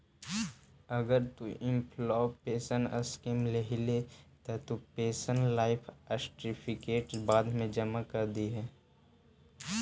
अगर तु employee pension scheme लेल्ही हे त तु पेंशनर लाइफ सर्टिफिकेट बाद मे जमा कर दिहें